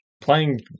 playing